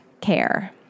care